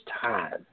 time